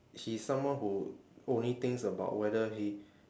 he is someone who only thinks about whether he